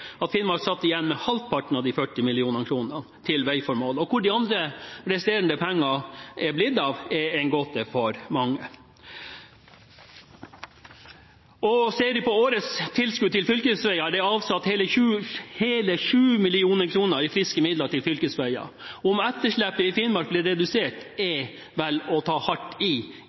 blitt av, er en gåte for mange. Ser vi på årets tilskudd til fylkesveier, er det avsatt hele 7 mill. kr i friske midler til fylkesveier. At etterslepet i Finnmark blir redusert, er vel å ta hardt i